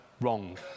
wrong